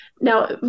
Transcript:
Now